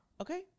Okay